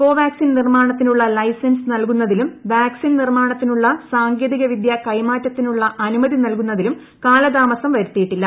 കോവാക്സിൻ നിർമാണത്തിനുള്ള ലൈസൻസ് നൽകുന്നതിലും വാക്സിൻ നിർമാണത്തിനുള്ള സാങ്കേതികവിദ്യ കൈമാറ്റത്തിനുള്ള നൽകുന്നതിലും കാലതാമസം വരുത്തിയിട്ടില്ല